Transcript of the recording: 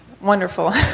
wonderful